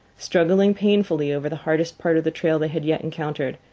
struggling painfully over the hardest part of the trail they had yet encountered,